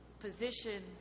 position